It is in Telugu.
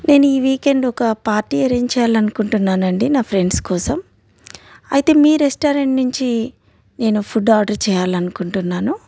నేను ఈ వీకెండ్ ఒక పార్టీ అరేంజ్ చెయ్యాలి అనుకుంటున్నానండి నా ఫ్రెండ్స్ కోసం అయితే మీ రెస్టారెంట్ నుండి నేను ఫుడ్ ఆర్డర్ చెయ్యాలనుకుంటున్నాను